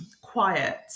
quiet